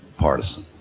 partisan.